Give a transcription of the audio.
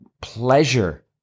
pleasure